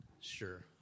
Sure